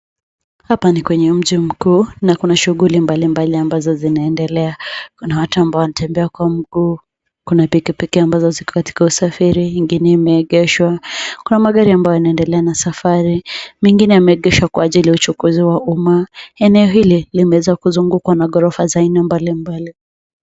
Hapa ni kwenye mji mkuu, na kuna shughuli mbalimbali ambazo zinaendelea. Kuna watu ambao wanatembea kwa mguu, kuna pikipiki ambazo ziko katika usafiri, ingine imeegeshwa. Kuna magari ambayo yanaendelea na safari, mengine yameegeshwa kwa ajili ya uchukuzi wa umma. Eneo hili, limeweza kuzungukwa na ghorofa za aina mbalimbali.